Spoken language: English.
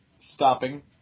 stopping